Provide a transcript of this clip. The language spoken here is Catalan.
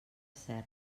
serra